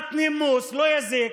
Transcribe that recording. קצת נימוס לא יזיק.